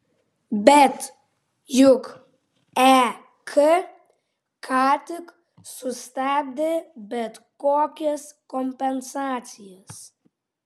bet juk ek ką tik sustabdė bet kokias kompensacijas